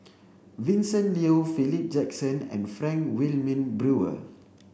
Vincent Leow Philip Jackson and Frank Wilmin Brewer